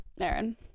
Aaron